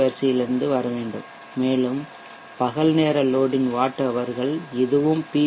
வரிசையிலிருந்து வர வேண்டும் மேலும் பகல் நேர லோட் ன் வாட் ஹவர்கள் இதுவும் பி